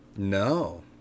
No